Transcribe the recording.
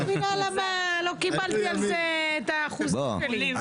אני לא מבינה למה לא קיבלתי על זה את האחוזים שלי.